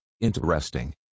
interesting